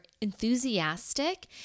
enthusiastic